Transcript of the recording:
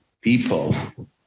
people